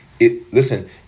listen